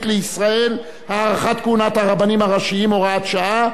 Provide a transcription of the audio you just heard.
לישראל (הארכת כהונת הרבנים הראשיים) (הוראת שעה),